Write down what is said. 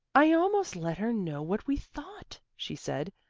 i almost let her know what we thought, she said,